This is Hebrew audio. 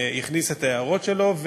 הכניס את ההערות שלו,